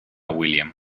william